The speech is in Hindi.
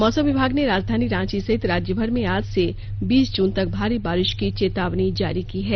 मौसम विभाग ने राजधानी रांची सहित राज्यभर में आज से बीस जून तक भारी बारिश की चेतावनी जारी की है